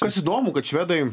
kas įdomu kad švedai